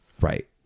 Right